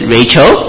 Rachel